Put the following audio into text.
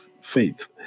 faith